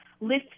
list